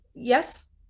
yes